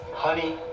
Honey